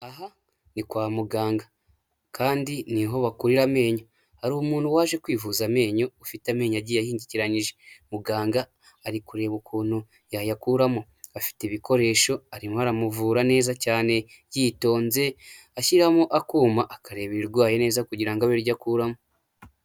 Aha ni kwa muganga kandi niho bakurira amenyo. Hari umuntu waje kwivuza amenyo, ufite amenyo agiye ahengekeranyije. Muganga ari kureba ukuntu yayakuramo. Afite ibikoresho arimo aramuvura neza cyane yitonze. Ashyiramo akuma akareba irirwaye neza kugira ngo abe ari ryo akuramo.